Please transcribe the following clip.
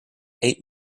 eight